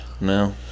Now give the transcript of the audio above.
No